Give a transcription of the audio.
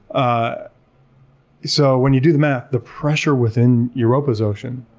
ah so when you do the math, the pressure within europa's ocean,